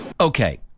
Okay